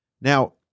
Now